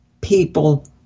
people